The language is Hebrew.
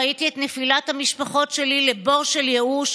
ראיתי את נפילת המשפחות שלי לבור של ייאוש,